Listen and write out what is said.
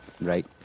right